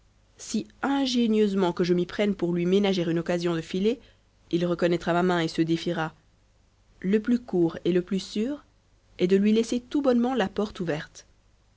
si ingénieusement que je m'y prenne pour lui ménager une occasion de filer il reconnaîtra ma main et se défiera le plus court et le plus sûr est de lui laisser tout bonnement la porte ouverte